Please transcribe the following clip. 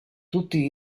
tutti